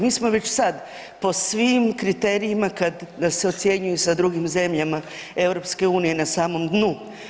Mi smo već sad po svim kriterijima kad nas se ocjenjuju sa drugim zemljama EU na samom dnu.